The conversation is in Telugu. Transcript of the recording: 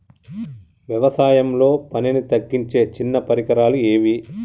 వ్యవసాయంలో పనిని తగ్గించే చిన్న పరికరాలు ఏవి?